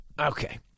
Okay